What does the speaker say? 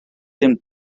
ddim